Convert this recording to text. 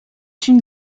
une